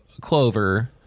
clover